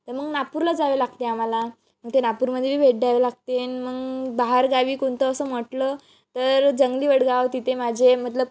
तर मग नागपूरला जावे लागते आम्हाला मग ते नागपूरमध्येही भेट द्यावे लागते मग बाहेरगावी कोणतं असं म्हटलं तर जंगली वडगाव तिथे माझे मतलब